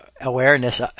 awareness